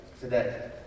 today